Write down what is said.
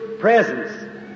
presence